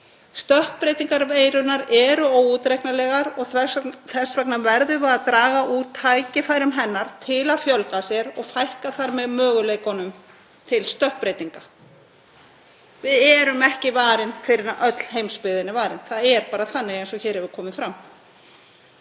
Stökkbreytingar veirunnar eru óútreiknanlegar og þess vegna verðum við að draga úr tækifærum hennar til að fjölga sér og fækka þar með möguleikunum til stökkbreytinga. Við erum ekki varin fyrr en öll heimsbyggðin er varin. Það er bara þannig, eins og hér hefur komið fram.